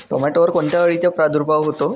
टोमॅटोवर कोणत्या अळीचा प्रादुर्भाव होतो?